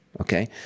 Okay